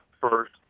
first